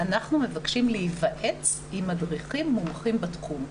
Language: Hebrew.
אנחנו מבקשים להיוועץ במדריכים מומחים בתחום.